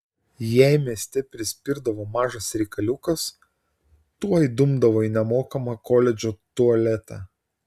jei mieste prispirdavo mažas reikaliukas tuoj dumdavo į nemokamą koledžo tualetą